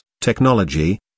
technology